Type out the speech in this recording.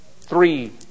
three